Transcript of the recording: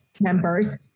members